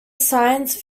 science